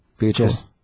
VHS